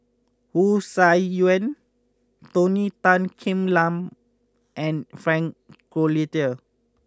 Wu Tsai Yen Tony Tan Keng Yam and Frank Cloutier